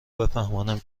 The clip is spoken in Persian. بفهمانم